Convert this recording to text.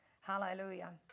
Hallelujah